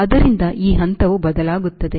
ಆದ್ದರಿಂದ ಈ ಹಂತವು ಬದಲಾಗುತ್ತದೆ